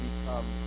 becomes